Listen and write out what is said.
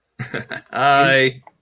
Hi